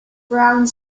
ground